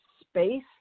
space